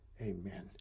amen